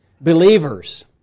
Believers